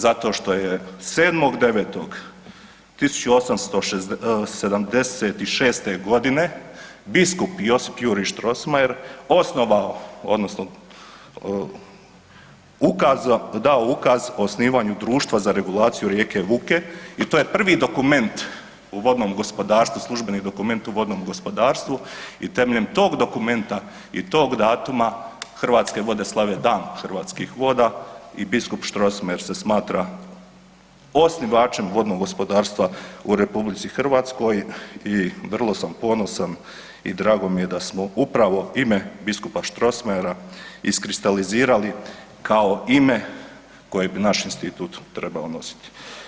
Zato što je 7.9.1976. g. biskup Josip Juri Strossmayer osnovao odnosno ukazao, dao ukaz osnivanju društva za regulaciju rijeke Vuke i to je prvi dokument u vodnom gospodarstvu, službeni dokument u vodnom gospodarstvu i temeljem tog dokumenta i tog datuma, Hrvatske vode slave Dan hrvatskih voda i biskup Strossmayer se smatra osnivačem vodnog gospodarstva u RH i vrlo sam ponosan i drago mi je da smo upravo ime biskupa Strossmayera iskristalizirali kao ime koje bi naš Institut trebao nositi.